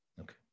okay